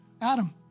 Adam